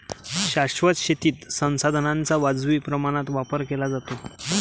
शाश्वत शेतीत संसाधनांचा वाजवी प्रमाणात वापर केला जातो